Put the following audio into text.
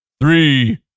three